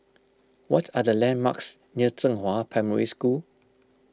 what are the landmarks near Zhenghua Primary School